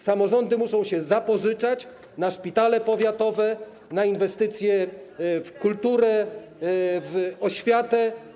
Samorządy muszą się zapożyczać na szpitale powiatowe, na inwestycje w kulturę, oświatę.